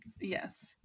Yes